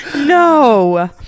No